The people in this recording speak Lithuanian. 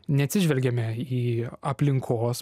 neatsižvelgiame į aplinkos